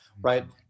Right